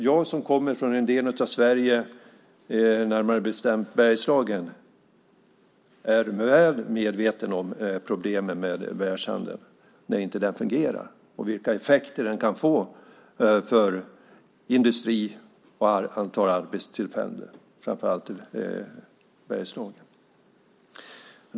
Jag som kommer från Bergslagen är väl medveten om de problem som uppstår när världshandeln inte fungerar och vilka effekter det kan få för industri och antal arbetstillfällen, framför allt i Bergslagen.